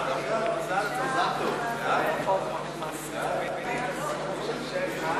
לפועל (תיקון מס' 29)